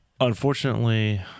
Unfortunately